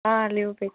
ಹಾಂ ಲೀವ್ ಬೇಕು